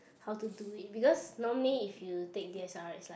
how to do it because normally if you take d_s_l_r is right